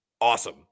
awesome